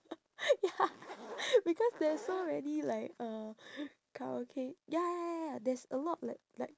ya because there's so many like uh karaoke ya ya ya ya ya there's a lot like like